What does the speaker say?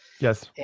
Yes